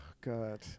God